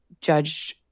judged